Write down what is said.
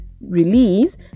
release